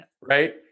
right